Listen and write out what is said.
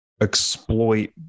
exploit